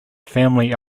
family